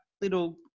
little